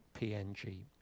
PNG